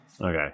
Okay